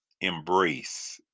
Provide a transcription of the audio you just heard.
embrace